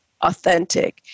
authentic